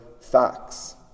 facts